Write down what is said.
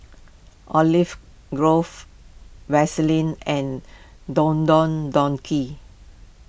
Olive Grove Vaseline and Don Don Donki